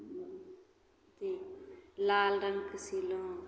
तऽ लाल रङ्गके सीलहुँ